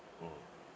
mm